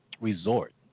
resort